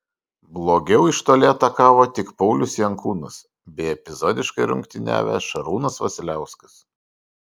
blogiau iš toli atakavo tik paulius jankūnas bei epizodiškai rungtyniavęs šarūnas vasiliauskas